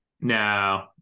no